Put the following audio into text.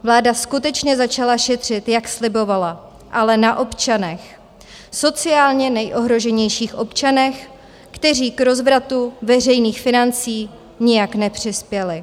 Vláda skutečně začala šetřit, jak slibovala, ale na občanech, sociálně nejohroženějších občanech, kteří k rozvratu veřejných financí nijak nepřispěli.